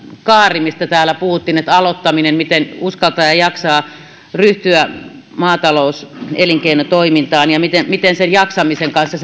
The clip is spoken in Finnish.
kaari mistä täällä puhuttiin että aloittaminen miten uskaltaa ja jaksaa ryhtyä maatalouselinkeinotoimintaan ja se miten on sen jaksamisen kanssa